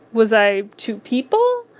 was i two people?